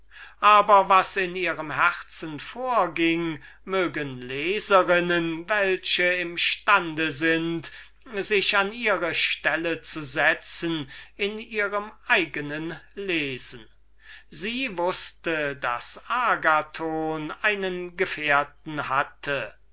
aber was in ihrem herzen vorging mögen unsre zärtlichen leserinnen welche fähig sind sich an ihre stelle zu setzen in ihrem eigenen herzen lesen sie wußte daß agathon einen gefährten hatte